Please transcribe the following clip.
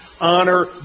Honor